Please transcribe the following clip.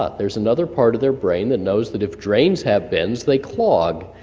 ah there's another part of their brain that knows that if drains have bends they clog,